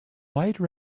wide